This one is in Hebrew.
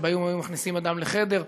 שבהן היו מכניסים אדם לחדר,